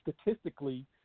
statistically